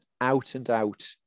out-and-out